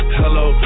hello